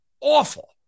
awful